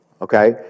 Okay